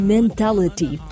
Mentality